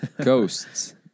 Ghosts